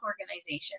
Organization